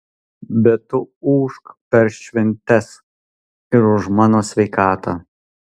bet tu ūžk per šventes ir už mano sveikatą